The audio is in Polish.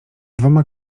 dwoma